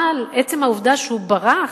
אבל עצם העובדה שהוא ברח,